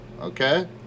Okay